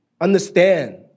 understand